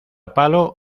palo